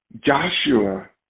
Joshua